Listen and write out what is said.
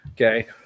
Okay